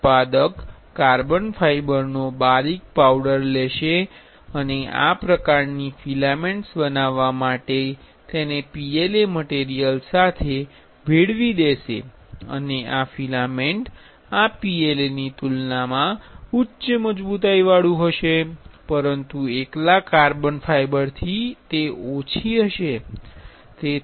ઉત્પાદક કાર્બન ફાઇબરનો બારીક પાવડર લેશે અને આ પ્રકારની ફિલામેન્ટ્સ બનાવવા માટે તેને PLA મટીરિયલ સાથે ભેળવી દેશે અને આ ફિલામેન્ટ્સ મા PLA ની તુલનામાં ઊંચી મજબુતાઇ હશે પરંતુ એકલા કાર્બન ફાઇબરથી ઓછી હશે